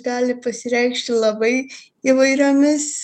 gali pasireikšti labai įvairiomis